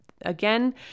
again